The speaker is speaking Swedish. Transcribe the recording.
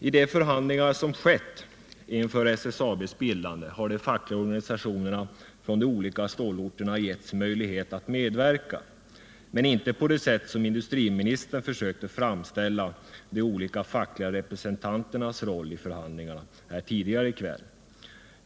I de förhandlingar som skett inför SSAB:s bildande har de fackliga organisationerna från de olika stålorterna getts möjlighet att medverka. Men det har inte skett på det sätt som industriministern här tidigare i dag försökte ge sken av, när han framställde de olika fackliga representanternas roll i förhandlingarna.